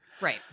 Right